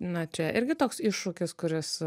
na čia irgi toks iššūkis kuris